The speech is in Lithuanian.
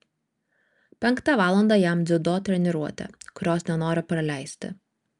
penktą valandą jam dziudo treniruotė kurios nenori praleisti